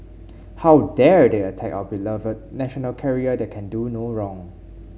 how dare they attack our beloved national carrier that can do no wrong